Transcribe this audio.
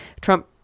Trump